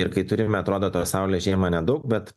ir kai turime atrodo tos saulės žiemą nedaug bet